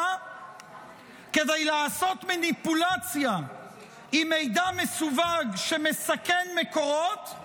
כדי לעשות מניפולציה עם מידע מסווג שמסכן מקורות,